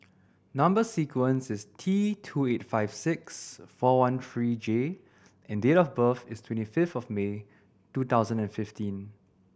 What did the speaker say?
number sequence is T two eight five six four one three J and date of birth is twenty fifth of May two thousand and fifteen